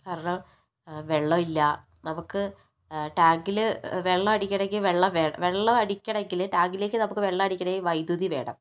കാരണം വെള്ളമില്ല നമുക്ക് ടാങ്കില് വെള്ളടിക്കണെങ്കി വെള്ളം വേണം വെള്ളം അടിക്കണെങ്കില് ടാങ്കിലേക്ക് നമുക്ക് വെള്ളം അടിക്കണെങ്കില് വൈദ്യുതി വേണം